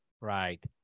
Right